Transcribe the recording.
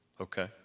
okay